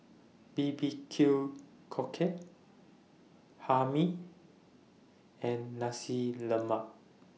B B Q Cockle Hae Mee and Nasi Lemak